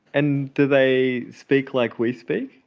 and do they speak like we speak?